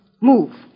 Move